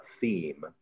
theme